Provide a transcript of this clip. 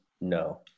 no